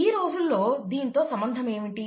ఈ రోజుల్లో దీనితో సంబంధం ఏమిటి